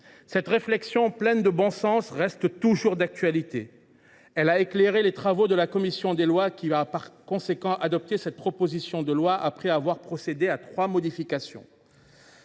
Cette réflexion pleine de bon sens reste toujours d’actualité. Elle a éclairé les travaux de la commission des lois, qui a par conséquent adopté cette proposition de loi après avoir procédé, avec l’aval des